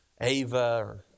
Ava